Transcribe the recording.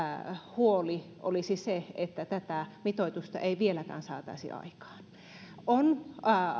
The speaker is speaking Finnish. huoli olisi se että tätä mitoitusta ei vieläkään saataisi aikaan on